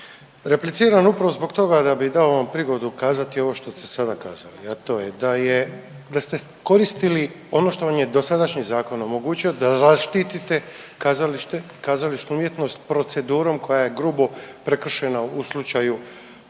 Repliciram upravo zbog toga da bi dao vam prigodu kazati ovo što ste sada kazali, a to je da je, da ste koristilo ono što vam je dosadašnji zakon omogućio, da zaštitite kazalište, kazališnu umjetnost procedurom koja je grubo prekršena u slučaju